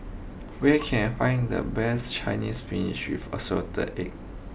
where can I find the best Chinese spinach with assorted eggs